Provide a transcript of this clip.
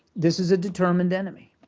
this is a determined enemy.